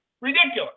Ridiculous